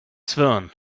zwirn